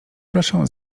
proszę